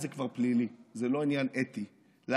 זה לא העניין בכלל.